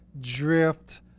drift